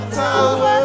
tower